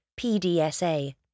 PDSA